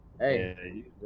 Hey